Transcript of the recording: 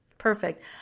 Perfect